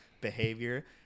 behavior